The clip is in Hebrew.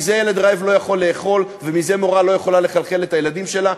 מזה ילד רעב לא יכול לאכול ומזה מורה לא יכולה לכלכל את הילדים שלה.